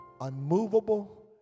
unmovable